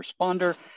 responder